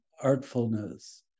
artfulness